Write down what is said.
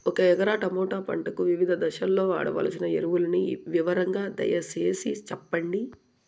ఒక ఎకరా టమోటా పంటకు వివిధ దశల్లో వాడవలసిన ఎరువులని వివరంగా దయ సేసి చెప్పండి?